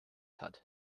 hat